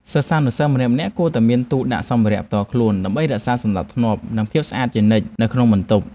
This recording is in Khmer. សិស្សានុសិស្សម្នាក់ៗគួរតែមានទូដាក់សម្ភារៈផ្ទាល់ខ្លួនដើម្បីរក្សាសណ្តាប់ធ្នាប់ និងភាពស្អាតជានិច្ចនៅក្នុងបន្ទប់។